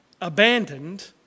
abandoned